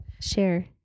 share